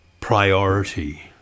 priority